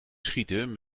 schieten